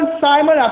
Simon